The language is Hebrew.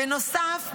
בנוסף,